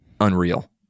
unreal